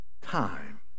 time